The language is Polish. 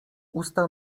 usta